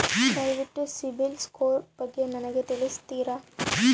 ದಯವಿಟ್ಟು ಸಿಬಿಲ್ ಸ್ಕೋರ್ ಬಗ್ಗೆ ನನಗೆ ತಿಳಿಸ್ತೀರಾ?